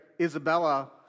Isabella